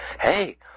Hey